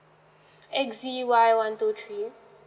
X Z Y one two three